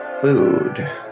food